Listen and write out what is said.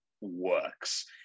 works